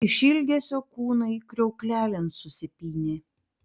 iš ilgesio kūnai kriauklelėn susipynė